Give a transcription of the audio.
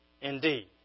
indeed